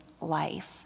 life